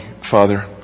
Father